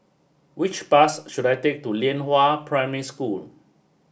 which bus should I take to Lianhua Primary School